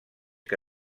que